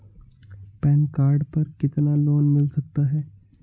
Pan card पर कितना loan मिल सकता है?